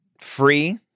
free